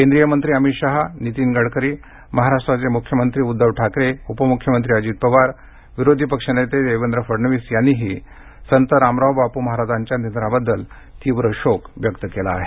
केंद्रीय मंत्री अमित शहा नितीन गडकरी महाराष्ट्राचे मुख्यमंत्री उद्धव ठाकरे उपमुख्यमंत्री अजित पवार महाराष्ट्राचे विरोधी पक्ष नेते देवेंद्र फडणवीस यांनीही संत रामरावबापू महाराजांच्या निधनाबद्दल तीव्र शोक व्यक्त केला आहे